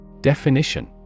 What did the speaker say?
Definition